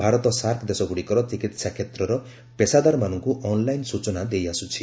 Bharat SAARC ଦେଶଗ୍ରଡ଼ିକର ଚିକିତ୍ସା କ୍ଷେତ୍ରର ପେସାଦାରମାନଙ୍କୁ ଅନ୍ଲାଇନ୍ ସ୍ଚଚନା ଦେଇଆସୁଛି